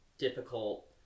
difficult